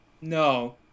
no